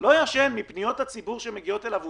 בגלל פניות הציבור שמגיעות אליו.